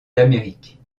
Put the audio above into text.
d’amérique